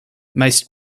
meist